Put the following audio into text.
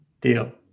Deal